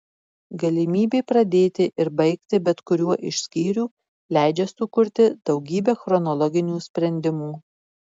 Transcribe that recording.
galimybė pradėti ir baigti bet kuriuo iš skyrių leidžia sukurti daugybę chronologinių sprendimų